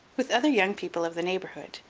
with other young people of the neighborhood,